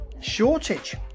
shortage